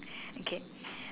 okay